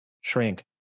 shrink